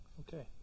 okay